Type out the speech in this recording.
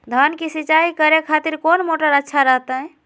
धान की सिंचाई करे खातिर कौन मोटर अच्छा रहतय?